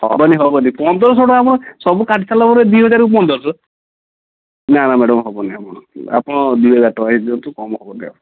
ହେବନି ହେବନି ପନ୍ଦରଶହ ଟଙ୍କା ଆପଣ ସବୁ କାଟିସାରିଲା ପରେ ଦୁଇ ହଜାରରୁ ପନ୍ଦରଶହ ନା ନା ମ୍ୟାଡ଼ାମ୍ ହେବନି ହେବନି ଆପଣ ଦୁଇ ହଜାର ଟଙ୍କା ହିଁ ଦିଅନ୍ତୁ କମ୍ ହେବନି ଆଉ